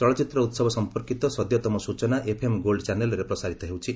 ଚଳଚ୍ଚିତ୍ର ଉତ୍ସବ ସଂପର୍କିତ ସଦ୍ୟତମ ସୂଚନା ଏଫ୍ଏମ୍ ଗୋଲ୍ଡ ଚ୍ୟାନେଲ୍ରେ ପ୍ରସାରିତ ହେଉଛି